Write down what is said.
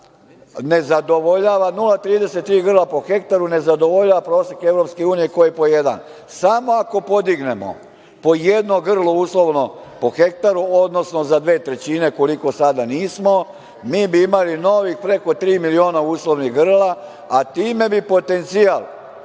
ne zadovoljava 0,33 grla po hektaru, ne zadovoljava prosek EU koje pod jedan samo ako podignemo po jedno grlo, uslovno po hektaru, odnosno za dve trećine koliko sada nismo, mi bi imali novih preko tri miliona uslovnih grla, a time bi potencijal,